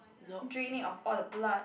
drain it of all the blood